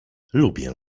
lubię